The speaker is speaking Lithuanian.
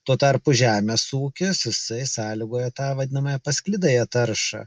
tuo tarpu žemės ūkis jisai sąlygoja tą vadinamąją pasklidąją taršą